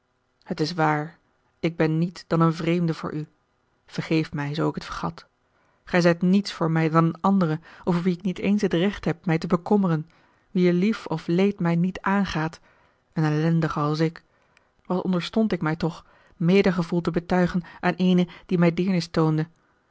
het is waar ik ben niet dan een vreemde voor u vergeef mij zoo ik het vergat gij zijt niets voor mij dan eene andere over wie ik niet eens het recht heb mij te bekommeren wier lief of leed mij niet aangaat een ellendige als ik wat onderstond ik mij toch medegevoel te betuigen aan eene die mij deernis toonde